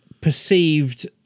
perceived